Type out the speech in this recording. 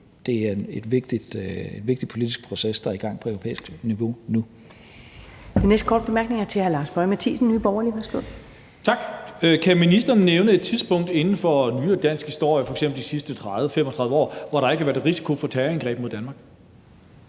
det er en vigtig politisk proces, der nu er i gang på europæisk niveau.